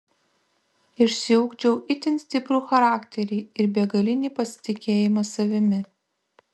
išsiugdžiau itin stiprų charakterį ir begalinį pasitikėjimą savimi